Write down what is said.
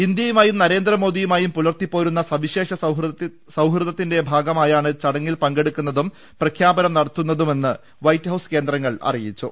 ഇന്തൃയുമായും നര്യേന്ദ്രമോദിയുമായും പുലർത്തിപോ രുന്ന സവിശേഷ സൌഹൃദത്തിന്റെ ഭാഗമായാണ് ചടങ്ങിൽ പങ്കെ ടുക്കുന്നതും പ്രഖ്യാപനം നട്ത്തൂന്നതെന്നും വൈറ്റ്ഹൌസ് കേന്ദ്ര ങ്ങൾ അറിയിച്ചു